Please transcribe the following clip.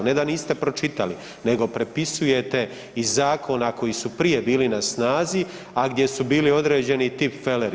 Ne da niste pročitali nego prepisujete iz zakona koji su prije bili na snazi, a gdje su bili određeni tipfeleri.